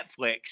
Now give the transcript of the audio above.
Netflix